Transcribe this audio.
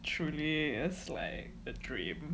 truly is like a dream